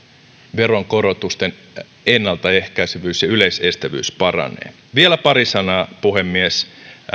veronkorotusten ennaltaehkäisevyys ja yleistävyys paranee vielä pari sanaa puhemies